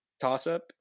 toss-up